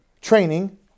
training